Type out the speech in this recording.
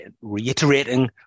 reiterating